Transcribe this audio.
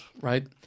right